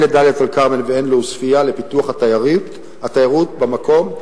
לדאלית-אל-כרמל והן לעוספיא לפיתוח התיירות במקום,